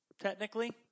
Technically